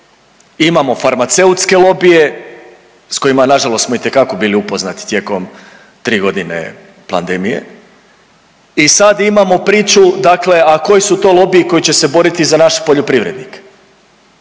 imamo farmaceutske lobije s kojima nažalost smo itekako bili upoznati tijekom tri godine pandemije i sad imamo priču dakle, a koji su to lobiji koji će se boriti za naše poljoprivrednike,